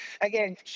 Again